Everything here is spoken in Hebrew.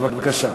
בבקשה.